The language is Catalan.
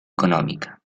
econòmica